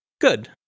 Good